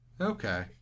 Okay